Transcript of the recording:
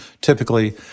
typically